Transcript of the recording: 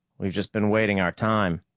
we've just been waiting our time.